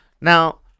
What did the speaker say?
Now